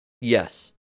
Yes